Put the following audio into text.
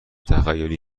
تخیلی